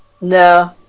No